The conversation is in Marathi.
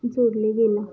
जोडले गेला